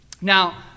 Now